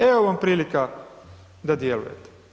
Evo vam prilika da djelujete.